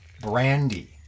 brandy